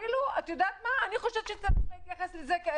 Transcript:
אני חושבת שצריך להתייחס לזה אפילו